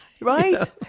Right